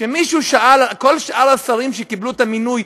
שמישהו שאל, כל שאר השרים שקיבלו את המינוי,